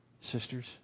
sisters